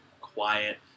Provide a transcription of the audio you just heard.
quiet